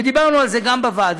ודיברנו על זה גם בוועדה: